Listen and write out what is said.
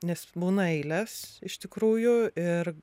nes būna eilės iš tikrųjų ir